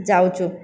ଯାଉଛୁ